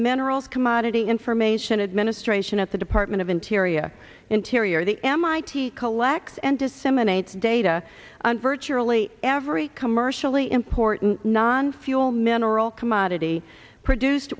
minerals commodity information administration at the department of interior interior the mit collects and disseminates data on virtually every commercially important nonfuel mineral commodity produced